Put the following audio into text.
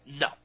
no